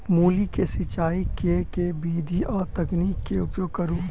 मूली केँ सिचाई केँ के विधि आ तकनीक केँ उपयोग करू?